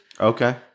Okay